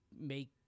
make